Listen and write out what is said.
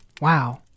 wow